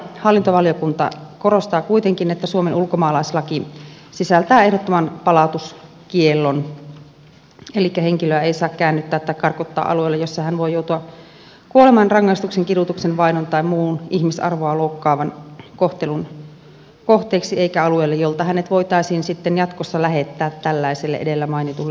hallintovaliokunta korostaa kuitenkin että suomen ulkomaalaislaki sisältää ehdottoman palautuskiellon elikkä henkilöä ei saa käännyttää tai karkottaa alueelle jossa hän voi joutua kuolemanrangaistuksen kidutuksen vainon tai muun ihmisarvoa loukkaavan kohtelun kohteeksi eikä alueelle jolta hänet voitaisiin sitten jatkossa lähettää tällaiselle edellä mainitulle alueelle